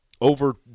over